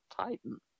Titan